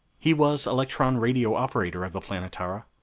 he was electron-radio operator of the planetara.